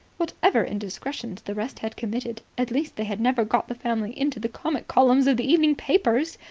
whatever indiscretions the rest had committed, at least they had never got the family into the comic columns of the evening papers.